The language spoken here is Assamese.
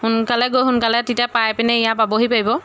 সোনকালে গৈ সোনকালে তেতিয়া পাই পিনে ইয়াত পাবহি পাৰিব